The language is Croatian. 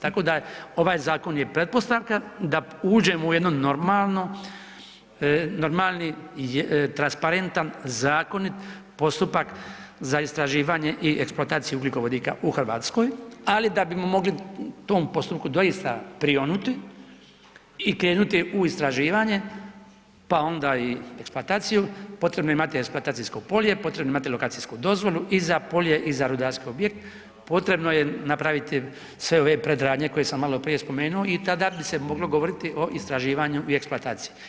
Tako da je ovaj zakon je pretpostavka da uđemo u jedno normalno, normalni transparentan, zakonit postupak za istraživanje i eksploataciju ugljikovodika u Hrvatskoj, ali da bi mogli tom postupku doista prionuti i krenuti u istraživanje, pa onda i eksploataciju, potrebno je imati eksploatacijsko polje, potrebno je imati lokacijsku dozvolu i za polje i za rudarski objekt, potrebno je napraviti sve ove predradnje koje sam maloprije spomenuo i tada bi se moglo govoriti o istraživanju i eksploataciji.